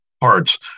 parts